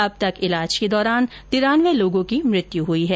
अब तक ईलाज के दौरान तिरानवें लोगों की मृत्यु हुई है